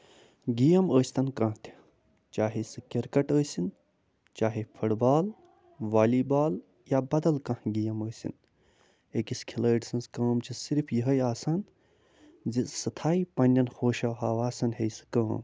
گٮ۪م ٲسۍ تَن کانہہ تہِ چاہے سُہ کرکَٹ ٲسِنۍ چاہے فُٹ بال والی بال یا بدل کانہہ گٮ۪م ٲسِنۍ أکِس کھِلٲڈ سٕنز کٲم چھےٚ ضرف یِہوے آسان زِ سُہ تھاوِ پَنٕنٮ۪ن ہوشَن ہَواسَن ہٮ۪یہِ سُہ کٲم